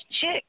chick